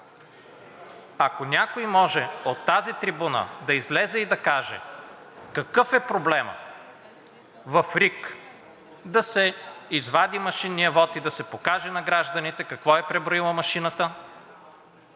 Ако някой може от тази трибуна да излезе и да каже какъв е проблемът в РИК да се извади машинният вот и да се покаже на гражданите какво е преброила машината,